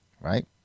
right